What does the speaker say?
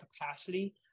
capacity